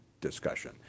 discussion